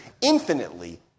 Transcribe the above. infinitely